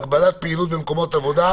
הגבלת פעילות במקומות עבודה.